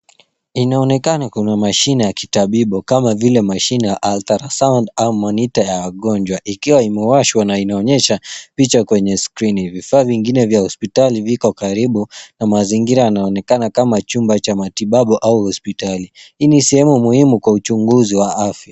Inaonekana kuna mashine ya kitabibu kama vile mashine ya ultra sound au monitor ya wagonjwa ikiwa imewashwa na inaonyesha picha kwenye skrini. Vifaa vingine vya hospitali viko karibu na mzingira inaonekana kama chumba cha matibabu au hospitali hii ni sehemu muhimu kwa uchunguzi wa afya.